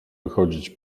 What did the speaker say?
wychodzić